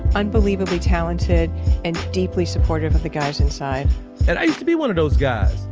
unbelievably talented and deeply supportive of the guys inside and i used to be one of those guys.